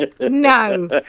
No